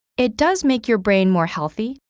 it does make your brain more healthy,